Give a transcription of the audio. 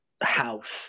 house